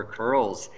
curls